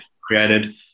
created